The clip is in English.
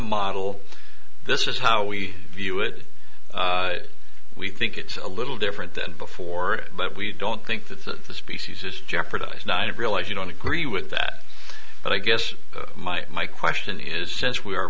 model this is how we view it we think it's a little different than before but we don't think the species is jeopardize nine and realize you don't agree with that but i guess my question is since we are